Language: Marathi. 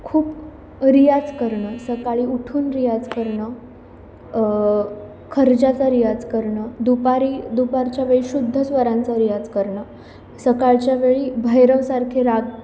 खूप रियाज करणं सकाळी उठून रियाज करणं खर्जाचा रियाज करणं दुपारी दुपारच्या वेळी शुद्ध स्वरांचा रियाज करणं सकाळच्या वेळी भैरवसारखे राग